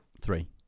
Three